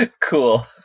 Cool